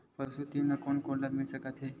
पशु ऋण कोन कोन ल मिल सकथे?